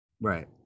Right